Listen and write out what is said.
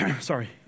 sorry